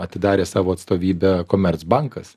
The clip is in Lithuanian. atidarė savo atstovybę komercbankas